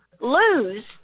lose